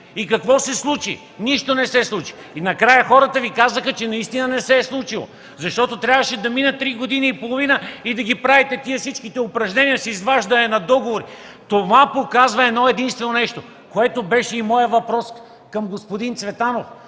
И какво се случи? Нищо не се случи! Накрая хората Ви казаха, че наистина не се е случило, защото трябваше да минат три години и половина, да правите всички тези упражнения с изваждане на договори! Това показва едно-единствено нещо, което беше и моят въпрос към господин Цветанов,